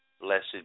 Blessed